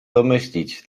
domyślić